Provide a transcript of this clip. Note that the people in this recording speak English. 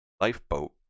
lifeboat